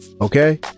okay